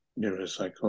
neuropsychology